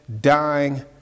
dying